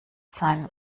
seinen